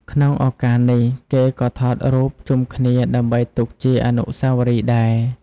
ក្នុងឱកាសនេះ គេក៏ថតរូបជុំគ្នាដើម្បីទុកជាអនុស្សាវរីយ៍ដែរ។